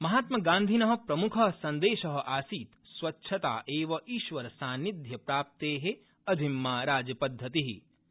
महात्मगान्धिन प्रमुख सन्देश आसीत् स्वच्छता एव ईश्वर सन्निध्य प्राप्ते अजिह्या राजपद्धतिरस्ति